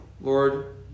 lord